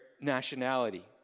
nationality